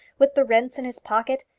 with the rents in his pocket,